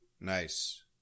Nice